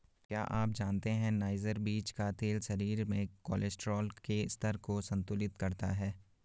क्या आप जानते है नाइजर बीज का तेल शरीर में कोलेस्ट्रॉल के स्तर को संतुलित करता है?